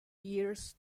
years